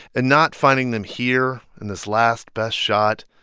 and not finding them here, in this last best shot,